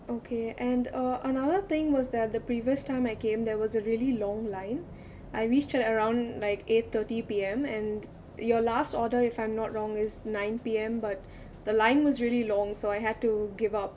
okay and uh another thing was that the previous time I came there was a really long line I reached at around like eight thirty P_M and your last order if I'm not wrong is nine P_M but the line was really long so I had to give up